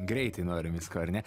greitai norim visko ar ne